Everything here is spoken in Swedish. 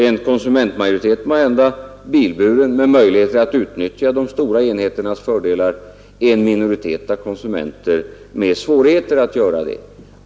Det finns en majoritet av konsumenter, bilburna med möjlighet att utnyttja de stora enheternas fördelar, och en minoritet med svårigheter att göra det.